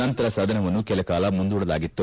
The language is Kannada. ನಂತರ ಸದನವನ್ನು ಕೆಲಕಾಲ ಮುಂದೂಡಲಾಗಿತ್ತು